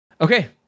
okay